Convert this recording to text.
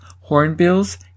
hornbills